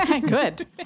good